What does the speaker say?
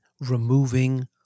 removing